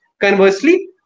Conversely